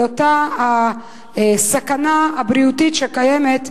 על אותה סכנה בריאותית שקיימת,